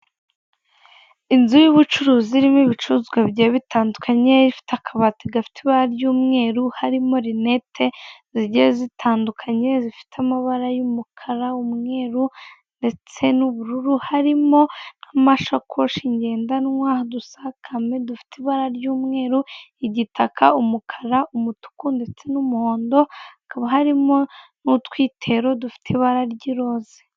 Inzu y'ubucuruzi irimo ibicuruzwa bigiye bitandukanye ifite akabati gafite ibara ry'umweru harimo linete zigiye zitandukanye zifite amabara y'umukara, umweruru ndetse n'ubururu, harimo n'amashakoshi ngendanwa, udusakame dufite ibara ry'umweru, igitaka, umukara, umutuku ndetse n'umuhondo hakaba harimo n'utwitero dufite ibara ry'iroza.